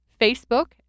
Facebook